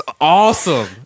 awesome